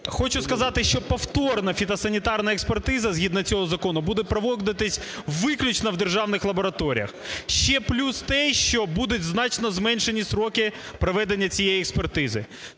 хочу сказати, що повторно фіто-санітарна експертиза, згідно цього закону, буде проводитися виключно в державних лабораторіях. Ще плюс – те, що будуть значно зменшені строки проведення цієї експертизи.